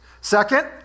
Second